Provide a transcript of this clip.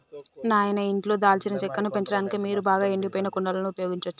నాయిన ఇంట్లో దాల్చిన చెక్కను పెంచడానికి మీరు బాగా ఎండిపోయిన కుండలను ఉపయోగించచ్చు